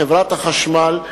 חברת החשמל,